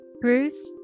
Bruce